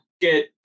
get